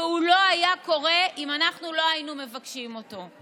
והוא לא היה קורה אם לא היינו מבקשים אותו.